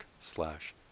slash